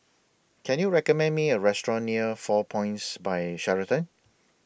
Can YOU recommend Me A Restaurant near four Points By Sheraton